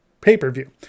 pay-per-view